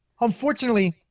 Unfortunately